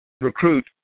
recruit